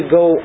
go